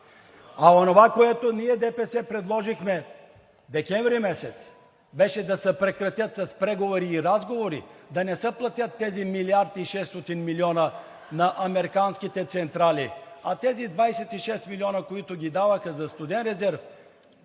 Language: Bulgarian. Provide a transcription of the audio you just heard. А онова, което ние ДПС предложихме декември месец, беше да се прекратят с преговори и разговори, да не се платят тези милиард и 600 милиона на американските централи. А тези 26 милиона, които ги даваха за студен резерв,